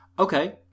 Okay